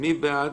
מי בעד?